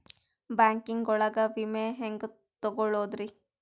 Banking ಒಳಗ ವಿಮೆ ಹೆಂಗ್ ತೊಗೊಳೋದ್ರಿ?